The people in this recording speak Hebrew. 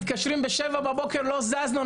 התקשרו ב-7 בבוקר ואמרו: לא זזנו,